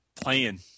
playing